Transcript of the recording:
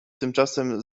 tymczasem